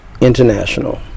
International